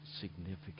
significant